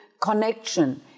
connection